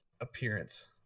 appearance